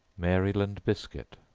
maryland biscuit.